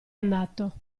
andato